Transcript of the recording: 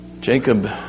Jacob